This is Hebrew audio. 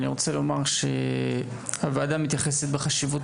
אני רוצה לומר שהוועדה מתייחסת בחשיבות